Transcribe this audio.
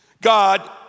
God